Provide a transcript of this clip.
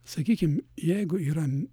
sakykim jeigu yra m